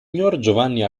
giovanni